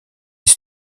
est